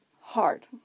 hard